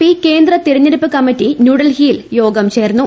P കേന്ദ്ര തെരെഞ്ഞെടുപ്പ് committee ന്യൂഡൽഹിയിൽ യോഗം ചേർന്നു